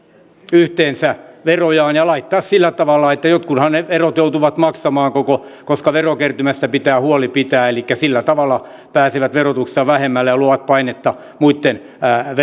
yhteensä verojaan ja laittamaan sillä tavalla että jotkuthan ne verot joutuvat maksamaan koska verokertymästä pitää huoli pitää elikkä sillä tavalla pääsee verotuksessa vähemmällä ja luo painetta muitten